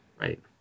Right